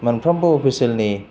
मोनफ्रामबो अफिसियेल नि